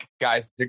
guys